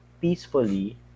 peacefully